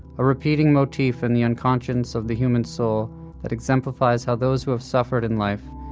a repeating motif in the unconscious of the human soul that exemplifies how those who have suffered in life,